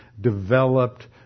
developed